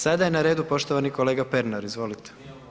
Sada je na redu poštovani kolega Pernar, izvolite.